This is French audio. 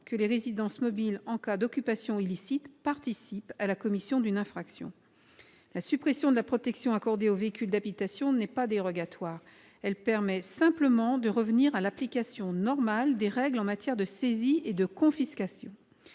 que les résidences mobiles, en cas d'occupation illicite, participent à la commission d'une infraction. La suppression de la protection accordée aux véhicules d'habitation n'est pas dérogatoire ; elle permet simplement de revenir à l'application normale des règles en matière de saisie et de confiscation.